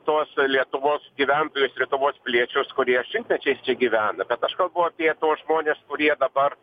tuos lietuvos gyventojus lietuvos piliečius kurie šimtmečiais čia gyvena bet aš kalbu apie tuos žmones kurie dabar